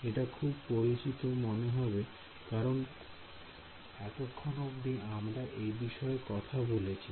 এটা খুব পরিচিত মনে হবে কারণ এতক্ষণ আমরা এ বিষয়ে কথা বলেছি